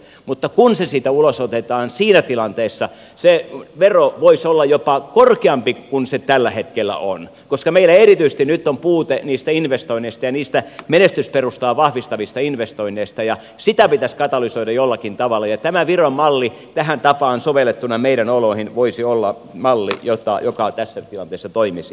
mutta kun se siitä ulos otetaan siinä tilanteessa se vero voisi olla jopa korkeampi kuin se tällä hetkellä on koska meillä erityisesti nyt on puute niistä investoinneista niistä menestysperustaa vahvistavista investoinneista ja sitä pitäisi katalysoida jollakin tavalla ja tämä viron malli tähän tapaan sovellettuna meidän oloihimme voisi olla malli joka tässä tilanteessa toimisi